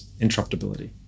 interruptibility